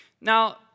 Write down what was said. Now